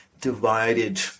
divided